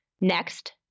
Next